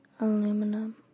aluminum